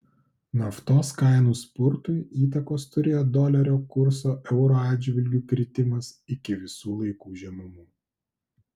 naftos kainų spurtui įtakos turėjo dolerio kurso euro atžvilgiu kritimas iki visų laikų žemumų